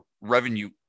revenue